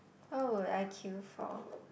what will I queue for